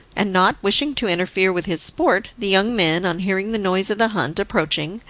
and, not wishing to interfere with his sport, the young men, on hearing the noise of the hunt approaching,